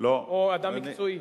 או אדם מקצועי?